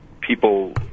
people